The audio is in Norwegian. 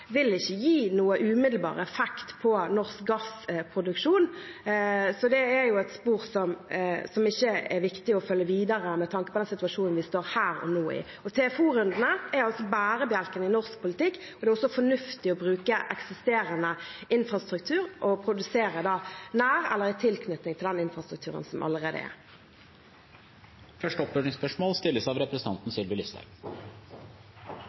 ikke vil gi noen umiddelbar effekt på norsk gassproduksjon. Så det er et spor som ikke er viktig å følge videre, med tanke på den situasjonen vi står i her og nå. TFO-rundene er altså bærebjelken i norsk petroleumspolitikk. Det er også fornuftig å bruke eksisterende infrastruktur og å produsere nært eller i tilknytning til den infrastrukturen som allerede er. Det blir oppfølgingsspørsmål